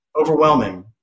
overwhelming